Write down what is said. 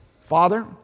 Father